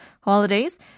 holidays